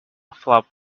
flop